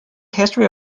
history